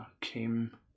came